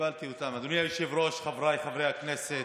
אדוני היושב-ראש, חבריי חברי הכנסת,